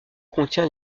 contient